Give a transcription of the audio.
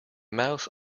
mouse